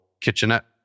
kitchenette